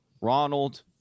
Ronald